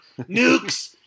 nukes